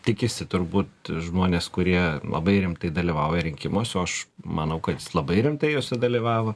tikisi turbūt žmonės kurie labai rimtai dalyvauja rinkimuose o aš manau kad jis labai rimtai jose dalyvavo